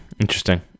Interesting